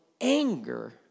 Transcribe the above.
anger